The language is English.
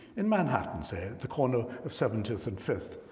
in manhattan, say, at the corner of seventieth and fifth.